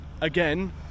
again